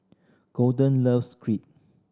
Golden loves Crepe